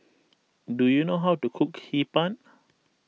do you know how to cook Hee Pan